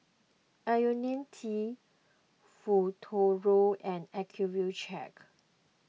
Ionil T Futuro and Accucheck